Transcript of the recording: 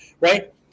right